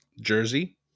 jersey